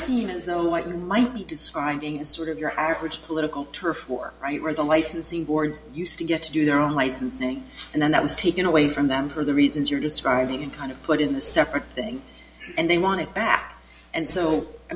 seem as though what you might be describing is sort of your average political turf war right where the licensing boards used to get to do their own licensing and then that was taken away from them for the reasons you're describing kind of put in the separate thing and they want it back and